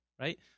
right